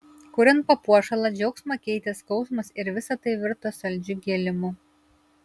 kuriant papuošalą džiaugsmą keitė skausmas ir visa tai virto saldžiu gėlimu